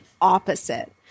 opposite